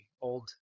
old